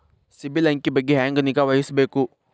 ಸಿಬಿಲ್ ಅಂಕಿ ಬಗ್ಗೆ ಹೆಂಗ್ ನಿಗಾವಹಿಸಬೇಕು?